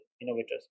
innovators